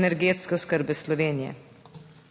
energetske oskrbe Slovenije.